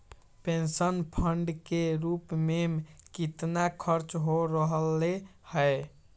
Pension fund के रूप में कितना खर्च हो रहले है?